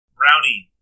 brownie